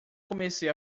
comecei